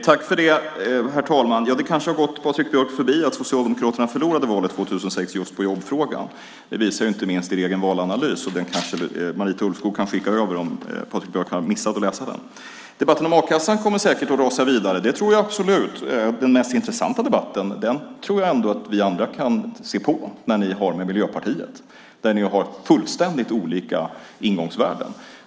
Herr talman! Det kanske har gått Patrik Björck förbi att Socialdemokraterna förlorade valet 2006 just på jobbfrågan. Det visar inte minst er egen valanalys. Den kanske Marita Ulvskog kan skicka över om Patrik Björck har missat att läsa den. Debatten om a-kassan kommer säkert att rasa vidare. Det tror jag absolut. Den mest intressanta debatten vi andra kan lyssna på är nog den ni för med Miljöpartiet, där ni har fullständigt olika ingångsvärden.